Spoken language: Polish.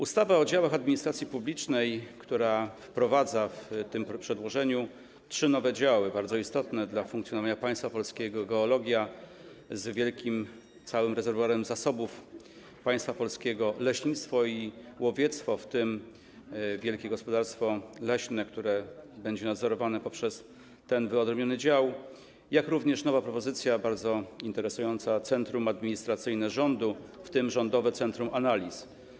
Ustawa o działach administracji publicznej, to przedłożenie wprowadza trzy nowe, bardzo istotne dla funkcjonowania państwa polskiego działy: geologia, z wielkim, całym rezerwuarem zasobów państwa polskiego; leśnictwo i łowiectwo, w tym wielkie gospodarstwo leśne, które będzie nadzorowane poprzez ten wyodrębniony dział; jak również jest nowa propozycja, bardzo interesująca, czyli centrum administracyjne rządu, w tym Rządowe Centrum Analiz.